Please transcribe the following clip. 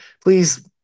please